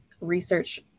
research